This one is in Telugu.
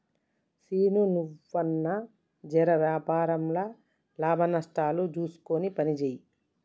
సీనూ, నువ్వన్నా జెర వ్యాపారంల లాభనష్టాలు జూస్కొని పనిజేయి